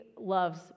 loves